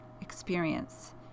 experience